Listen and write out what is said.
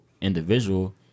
individual